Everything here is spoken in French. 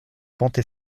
pentes